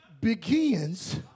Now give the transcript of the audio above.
begins